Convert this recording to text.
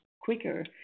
quicker